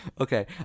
okay